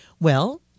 Well-